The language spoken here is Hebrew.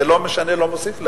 זה לא משנה ולא מוסיף להם.